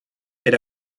est